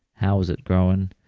how was it grown,